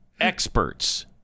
Experts